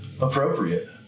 appropriate